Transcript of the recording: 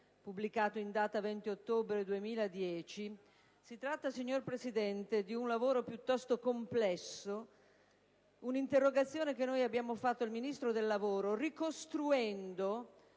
pubblicato in data 20 ottobre 2010. Si tratta, signora Presidente, di un lavoro piuttosto complesso, un'interrogazione che abbiamo rivolto al Ministro del lavoro ricostruendo